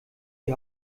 die